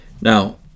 Now